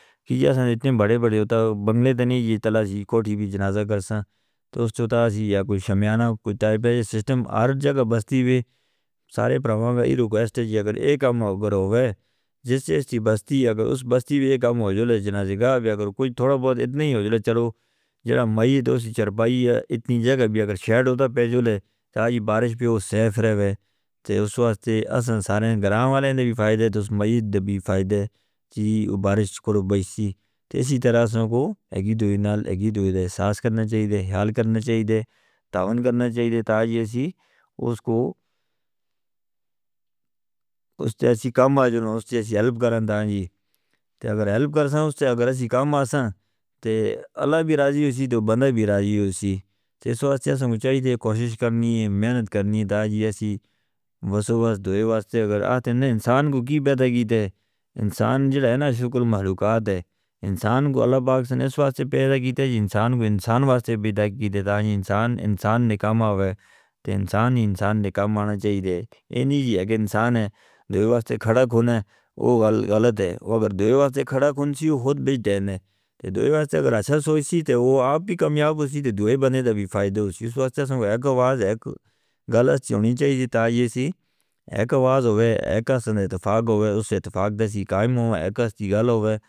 کہ یہ بہت بڑے بڑے ہوتا بگلے دنیجی تلاجی کوٹھی بھی جنازہ کرساں تو اس تو تاں اسی یا کوئی شمیانہ کوئی ٹائی بیج سسٹم ہر جگہ بستی وی سارے پروانگہ ہی ریکویسٹ ہے جی اگر ایک کام ہوگر ہووے جس سے اس کی بستی اگر اس بستی وی ایک کام ہو جو لے جنازے گاوی اگر کوئی تھوڑا بہت اتنی ہو جو لے چلو جڑا میت اسی چرپائی ہے اتنی جگہ بھی اگر شیڈ ہو دا پیجو لے تاں جی بارش پیو سائف رہوے تو اس واسطے اساں سارے گراموالے نے بھی فائدہ ہے تو اس میت دے بھی فائدہ ہے جی بارش کرو بئیسی تیسری طرح اساں کو اگی دوئے نال اگی دوئے دے حساس کرنا چاہیے دے حیل کرنا چاہیے دے تعاون کرنا چاہیے دے تاں جی اسی اس کو اس طرح سے کام آجو نا اس طرح سے ہلپ کرندہ ہیں جی اگر ہلپ کرساں اس طرح سے اگر اسی کام آساں تو اللہ بھی رازی ہو سی تو بندہ بھی رازی ہو سی۔ اس واسطے اساں کو چاہیے دی کوشش کرنی ہے محنت کرنی ہے تاں جی اسی وسوس دوئے واسطے اگر آتے ہیں انسان کو کیا پیدا کیتے انسان جو رہنا شکرم مخلوقات ہے انسان کو اللہ پاک سے اس واسطے پیدا کیتے جی انسان کو انسان واسطے پیدا کیتے تاں جی انسان انسان نے کام آوے تو انسان انسان نے کام آنا چاہیے دے اینی جی اگر انسان ہے دوئے واسطے کھڑا کھونا ہے وہ غلط ہے وہ اگر دوئے واسطے کھڑا کھونس ہی ہو خود بچھ جانے ہیں تو دوئے واسطے اگر اچھا سوئی سی تو وہ آپ بھی کامیاب ہو سی تو دوئے بندے دے بھی فائدہ ہو سی۔ اس واسطے اساں کو ایک آواز ایک گلش چونی چاہیے تاں جی سے ایک آواز ہووے ایکہ سنہ اتفاق ہووے اس اتفاق دے سی قائم ہووے ایکہ سی گل ہووے.